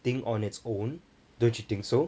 thing on its own don't you think so